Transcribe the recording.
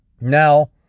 now